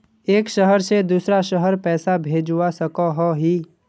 एक शहर से दूसरा शहर पैसा भेजवा सकोहो ही?